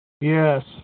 Yes